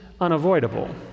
unavoidable